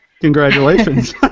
Congratulations